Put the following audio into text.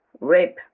rape